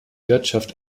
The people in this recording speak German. wirtschaft